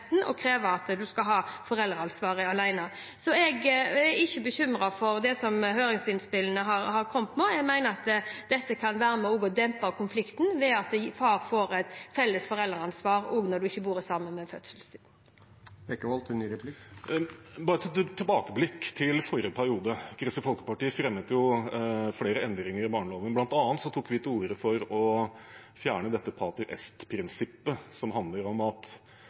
og kreve at hun skal ha foreldreansvaret alene. Så jeg er ikke bekymret for de høringsinnspillene som har kommet. Jeg mener at det kan være med og dempe konflikten at far får felles foreldreansvar også når en ikke bor sammen på fødselstidspunktet. Bare et tilbakeblikk til forrige periode: Kristelig Folkeparti fremmet flere forslag om endringer i barneloven. Blant annet tok vi til orde for å fjerne dette pater est-prinsippet, som handler om